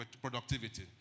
productivity